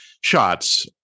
shots